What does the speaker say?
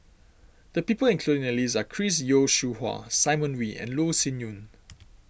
the people included in the list are Chris Yeo Siew Hua Simon Wee and Loh Sin Yun